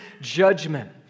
judgment